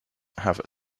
have